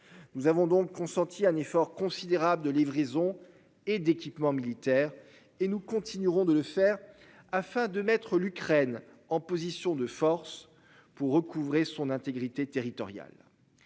Nous avons donc consenti un effort considérable de livraison et d'équipements militaires et nous continuerons de le faire afin de mettre l'Ukraine en position de force pour recouvrer son intégrité territoriale.